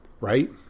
Right